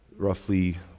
Roughly